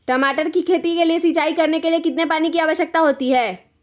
टमाटर की खेती के लिए सिंचाई करने के लिए कितने पानी की आवश्यकता होती है?